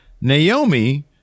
Naomi